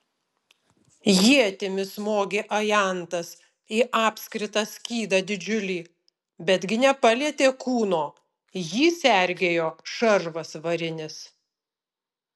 ietimi smogė ajantas į apskritą skydą didžiulį betgi nepalietė kūno jį sergėjo šarvas varinis